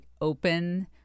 open